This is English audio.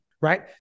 right